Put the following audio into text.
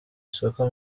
isoko